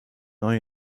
neu